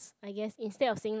I guess instead of saying like